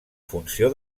funció